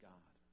God